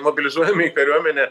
mobilizuojami į kariuomenę